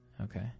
Okay